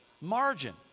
Margin